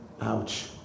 Ouch